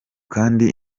kandi